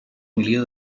milió